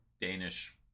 Danish